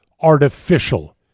artificial